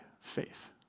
faith